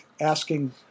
asking